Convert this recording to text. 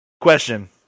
Question